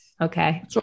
Okay